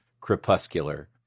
crepuscular